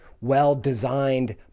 well-designed